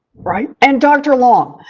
right? and dr. long.